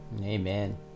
amen